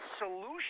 solution